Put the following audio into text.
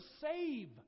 save